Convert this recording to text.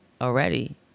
already